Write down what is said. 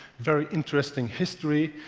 very interesting history,